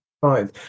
Fine